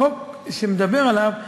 החוק שמדובר בו,